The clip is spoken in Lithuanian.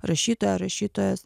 rašytoja rašytojas